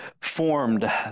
formed